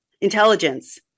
intelligence